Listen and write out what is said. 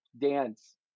dance